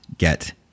get